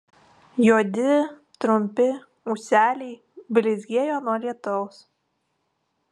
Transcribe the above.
juodi trumpi ūseliai blizgėjo nuo lietaus